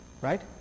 Right